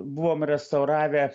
buvome restauravę